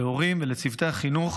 להורים ולצוותי החינוך